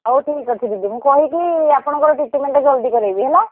ହଉ ଠିକ୍ ଅଛି ଦିଦି ମୁଁ କହିକି ଆପଣଙ୍କର ଟ୍ରିଟ୍ମେଣ୍ଟ୍ ଜଲ୍ଦି କରେଇବି ହେଲା